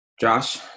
Josh